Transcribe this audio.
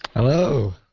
hello.